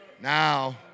Now